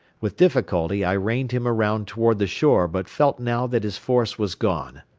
with difficulty i reined him around toward the shore but felt now that his force was gone.